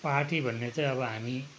party भन्ने चाहिँ अब हामी